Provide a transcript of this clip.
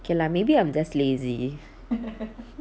okay lah maybe I'm just lazy